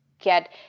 get